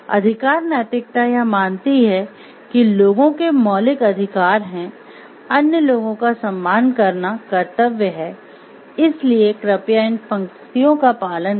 अधिकार नैतिकता यह मानती है कि लोगों के मौलिक अधिकार हैं अन्य लोगों का सम्मान करना कर्तव्य है इसलिए कृपया इन पंक्तियों का पालन करें